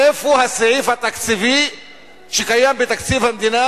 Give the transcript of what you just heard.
איפה הסעיף התקציבי שקיים בתקציב המדינה,